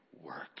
work